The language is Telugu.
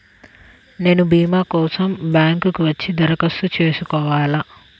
నేను భీమా కోసం బ్యాంక్కి వచ్చి దరఖాస్తు చేసుకోవాలా?